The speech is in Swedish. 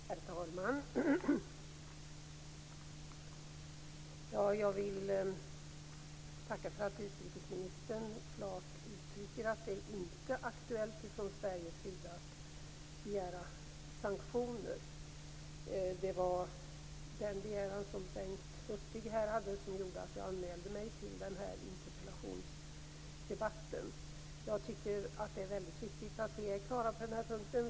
Herr talman! Jag vill tacka för att utrikesministern klart uttrycker att det inte är aktuellt från Sveriges sida att begära sanktioner. Det var den begäran som Bengt Hurtig hade som gjorde att jag anmälde mig till den här interpellationsdebatten. Jag tycker att det är väldigt viktigt att vi är klara på den här punkten.